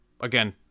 again